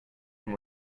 one